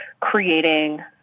creating